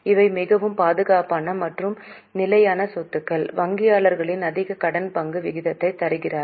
இவை மிகவும் பாதுகாப்பான மற்றும் நிலையான சொத்துக்கள் வங்கியாளர்கள் அதிக கடன் பங்கு விகிதத்தை தருகிறார்கள்